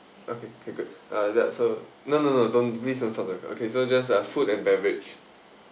okay okay good uh that's all no no no don't please don't stop the recording okay so just uh food and beverage